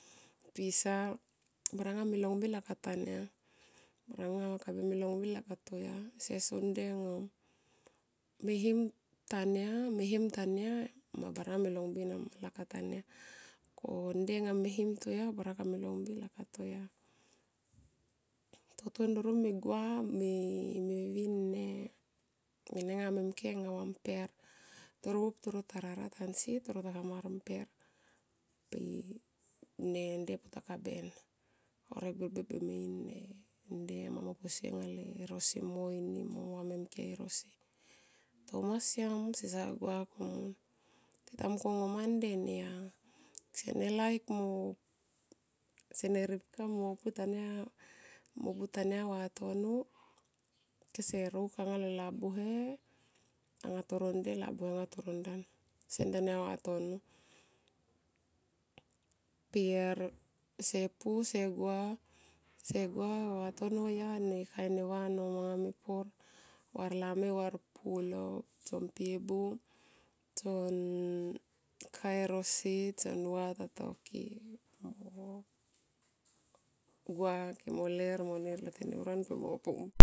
Pisa bara me long be lakap tanya baranga kame longbe lakap toya seso nde anga me him tanya me him tanya mo baranga me longbe anama lakaptanya ko nde nga me him toya bara kame longbe laka toya. Toto ndoro me gua me vin ne nenenga me mke anga va mper, toro buop toro tarara tansi toro ta hamar mper pe ne nde pulakaben horek birbir be me in ne mper mo posie anga le rosi mo ini va, va mem mke erosi tomo siam sesa gua komun. Ti ta mungkone ngoma nde neya. Seene laik mo sene ripka mo pu tanuya, tanuya vatono kese rokuk atoro ne labuhe anga toro nde anga toro ndan se ntanya vatono per se pu se gua, se gua vatono neya ne kain ne va no manga me pur varlami, varpulo tsom mpi e bu tson kae erosi tson nuva tatoke mo gua kemo ler mo nir lo tenimran per mo pum.